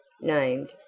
Named